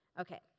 Okay